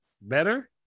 better